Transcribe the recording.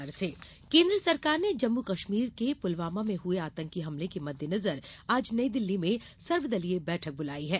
सर्वदलीय बैठक केन्द्र सरकार ने जम्मू कश्मीर के पुलवामा में हुए आतंकी हमले के मद्देनजर आज नई दिल्ली में सर्वदलीय बैठक बुलाई है